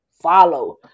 follow